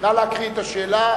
נא לקרוא את השאלה,